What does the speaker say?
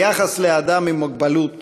היחס לאדם עם מוגבלות